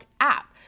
app